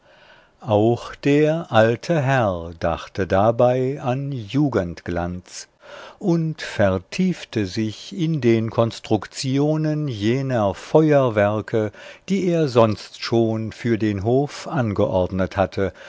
auch der alte herr dachte dabei an jugendglanz und vertiefte sich in den konstruktionen jener feuerwerke die er sonst schon für den hof angeordnet hatte